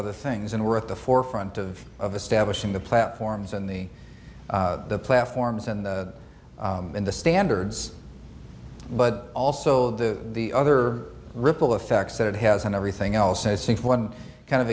other things and we're at the forefront of of establishing the platforms and the platforms and in the standards but also the the other ripple effects that it has on everything else as things one kind of